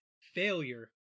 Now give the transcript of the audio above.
Failure